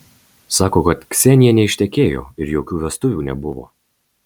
sako kad ksenija neištekėjo ir jokių vestuvių nebuvo